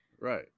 Right